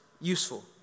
useful